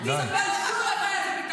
--- תתביישו לכם.